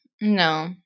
No